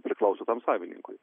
priklauso savininkui